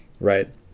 right